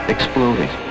Exploding